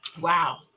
Wow